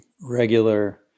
regular